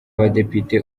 badepite